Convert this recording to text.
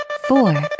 four